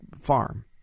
farm